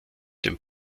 dem